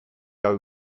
are